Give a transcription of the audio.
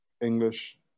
English